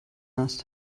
hast